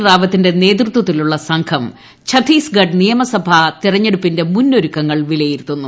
ഹാപ്പത്തിന്റെ നേതൃത്വത്തിലുള്ള സംഘം ഛത്തീസ്ഗ്രിഡ് നിയമസഭാ തെരഞ്ഞെടുപ്പിന്റെ മുന്നൊരുക്കങ്ങൾ വിലയിരുത്തുന്നു